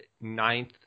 ninth